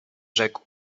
rzekł